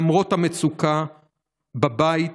למרות המצוקה בבית